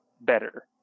better